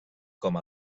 com